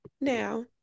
Now